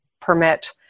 permit